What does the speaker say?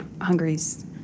Hungary's